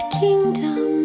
kingdom